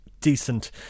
decent